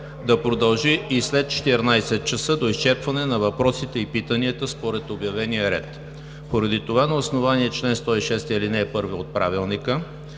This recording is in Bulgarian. да продължи и след 14,00 ч. до изчерпване на въпросите и питанията според обявения ред. Поради това, на основание чл. 106, ал. 1 от Правилника